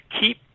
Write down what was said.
keep